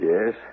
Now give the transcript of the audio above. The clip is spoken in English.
Yes